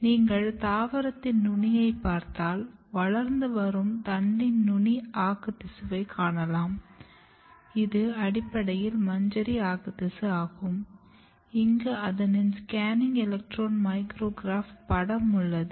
நீங்கள் தாவரத்தின் நுனியை பார்த்தால் வளர்ந்து வரும் தண்டின் நுனி ஆக்குத்திசுவை காணலாம் இது அடிப்படையில் மஞ்சரி ஆக்குத்திசு ஆகும் இங்கு அதனின் ஸ்கேனிங் எலக்ட்ரான் மைக்ரோகிராப் படம் உள்ளது